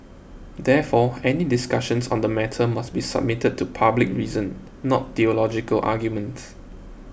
therefore any discussions on the matter must be submitted to public reason not theological arguments